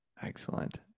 Excellent